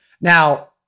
now